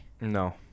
No